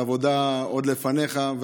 העבודה עוד לפניך,